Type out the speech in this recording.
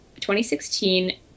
2016